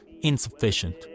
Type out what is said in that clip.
insufficient